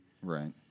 Right